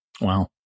Wow